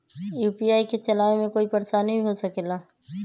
UPI के चलावे मे कोई परेशानी भी हो सकेला?